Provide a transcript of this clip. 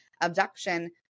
abduction